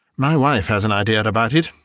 my wife has an idea about it,